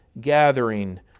gathering